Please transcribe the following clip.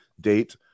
date